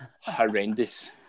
Horrendous